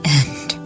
end